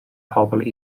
pobl